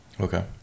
Okay